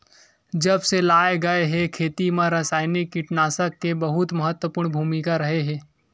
जब से लाए गए हे, खेती मा रासायनिक कीटनाशक के बहुत महत्वपूर्ण भूमिका रहे हे